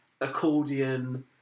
accordion